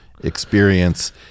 experience